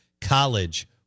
College